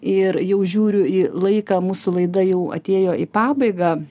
ir jau žiūriu į laiką mūsų laida jau atėjo į pabaigą